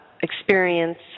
experience